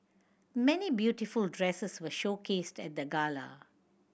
many beautiful dresses were showcased at the gala